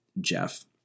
Jeff